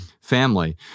family